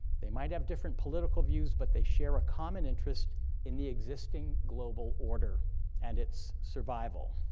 they might have different political views, but they share a common interest in the existing global order and its survival.